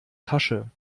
tasche